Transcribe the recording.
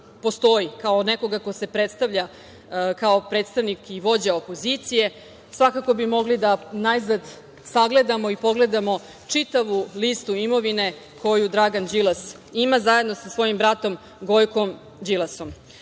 postoji, kao nekoga ko se predstavlja kao predstavnik i vođa opozicije. Svakako bi mogli da najzad pogledamo i pogledamo čitavu listu imovine koju Dragan Đilas ima zajedno sa svojim bratom, Gojkom Đilasom. Dakle,